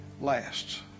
lasts